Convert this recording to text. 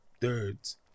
thirds